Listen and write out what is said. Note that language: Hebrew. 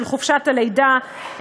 חופשת הלידה,